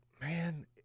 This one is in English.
man